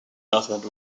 methods